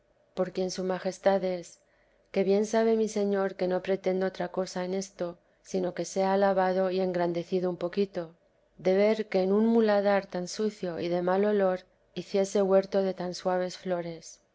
por quien su majestad es que bien sabe mi señor que no pretendo otra cosa en esto sino que sea alabado y engrandecido un poquito de ver que en un muladar tan sucio y de mal olor hiciese huerto de tan suaves flores